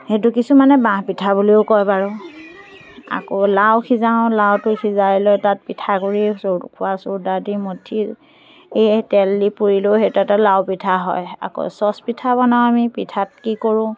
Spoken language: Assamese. সেইটো কিছুমানে বাঁহপিঠা বুলিও কয় বাৰু আকৌ লাও সিজাওঁ লাওটো সিজাই লৈ তাত পিঠাগুড়ি চ' খোৱা চ'ডা দি মথি এই তেল দি পুৰিলোঁ সেইটো এটা লাও পিঠা হয় আকৌ চচপিঠা বনাওঁ আমি পিঠাত কি কৰোঁ